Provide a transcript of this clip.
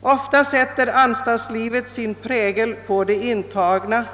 Ofta sätter anstaltlivet sin prägel på de intagna.